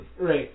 Right